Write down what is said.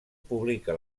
publica